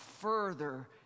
further